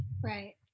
right